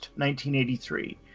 1983